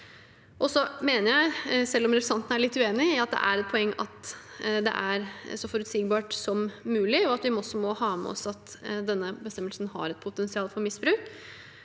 sektor Selv om representanten er litt uenig, mener jeg det er et poeng at det er så forutsigbart som mulig, og at vi også må ha med oss at denne bestemmelsen har et potensial for misbruk.